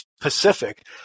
Pacific